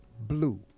blue